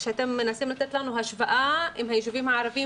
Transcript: שאתם מנסים לתת לנו השוואה עם היישובים הערביים